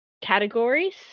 categories